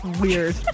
Weird